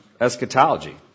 eschatology